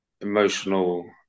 emotional